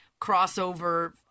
crossover